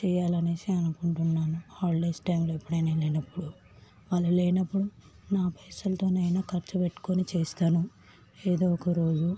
చెయ్యాలి అనేసి అనుకుంటున్నాను హాలిడేస్ టైమ్లో ఎప్పుడైనా వెళ్ళినప్పుడు వాళ్ళు లేనప్పుడు నా పైసలతోనైనా ఖర్చుపెట్టుకోని చేస్తాను ఏదో ఒకరోజు